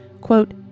Quote